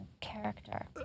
character